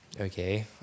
okay